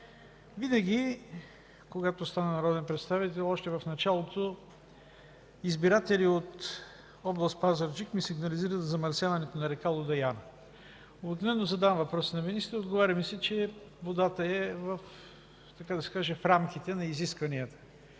Винаги когато стана народен представител, още в началото, избиратели от област Пазарджик ми сигнализират за замърсяването на река Луда Яна. Обикновено задавам въпрос на министър – отговаря ми се, че водата е в рамките на изискванията.